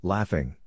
Laughing